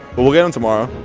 but we'll get him tomorrow.